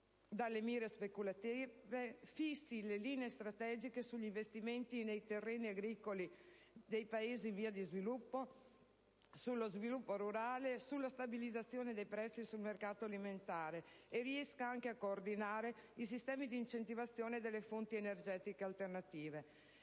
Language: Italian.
dalle mire speculative, fissi linee strategiche sugli investimenti nei terreni agricoli dei Paesi in via di sviluppo, sullo sviluppo rurale e sulla stabilizzazione dei prezzi sui mercati alimentari, coordini i sistemi di incentivazione delle fonti energetiche alternative.